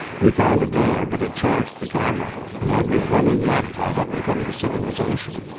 we found a bear, but it charged the camera and i'd be running yet if i hadn't come to civilization.